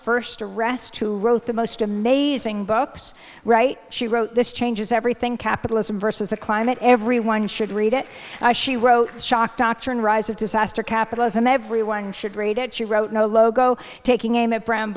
first arrest who wrote the most amazing books right she wrote this changes everything capitalism versus the climate everyone should read it she wrote the shock doctrine rise of disaster capitalism everyone should read it she wrote no logo taking aim at bra